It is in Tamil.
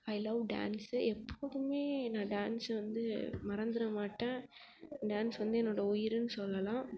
ஐ லவ் டான்ஸு எப்போதுமே நான் டான்ஸை வந்து மறந்துட மாட்டேன் டான்ஸ் வந்து என்னுடைய உயிருன்னு சொல்லலாம்